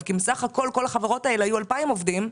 אם בסך כל החברות האלו היו 2,000 עובדים,